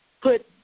put